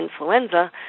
influenza